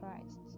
Christ